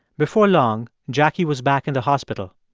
before long, jackie was back in the hospital,